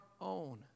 own